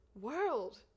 world